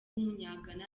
w’umunyagana